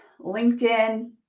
LinkedIn